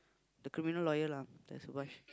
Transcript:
the criminal lawyer lah that's the one